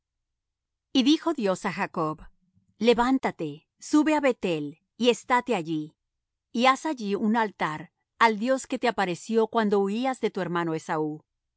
y dijo dios á jacob levántate sube á beth-el y estáte allí y haz allí un altar al dios que te apareció cuando huías de tu hermano esaú